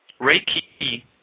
Reiki